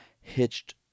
hitched